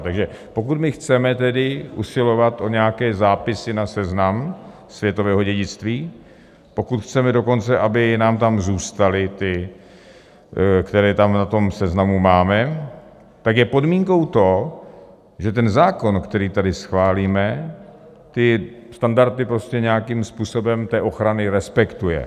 Takže pokud my chceme tedy usilovat o nějaké zápisy na Seznam světového dědictví, pokud chceme dokonce, aby nám tam zůstaly ty, které tam na tom seznamu máme, tak je podmínkou to, že zákon, který tady schválíme, standardy té ochrany nějakým způsobem respektuje.